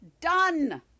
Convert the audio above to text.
Done